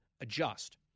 adjust